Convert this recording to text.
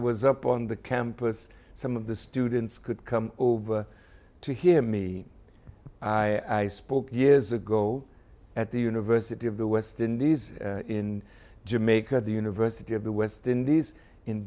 was up on the campus some of the students could come over to hear me i spoke years ago at the university of the west indies in jamaica the university of the west indies in